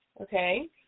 Okay